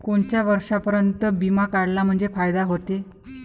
कोनच्या वर्षापर्यंत बिमा काढला म्हंजे फायदा व्हते?